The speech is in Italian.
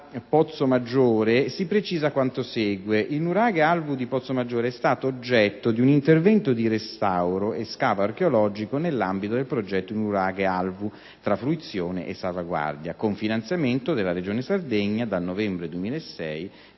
Pozzomaggiore si precisa quanto segue. Il nuraghe Alvu di Pozzomaggiore è stato oggetto di un intervento di restauro e scavo archeologico nell'ambito del progetto «Il nuraghe Alvu tra fruizione e salvaguardia», con finanziamento della Regione Sardegna, dal novembre 2006